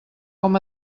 com